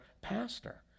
pastor